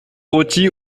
roty